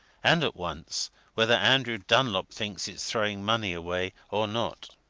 and at once whether andrew dunlop thinks it's throwing money away or not!